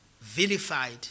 vilified